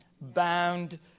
bound